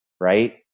right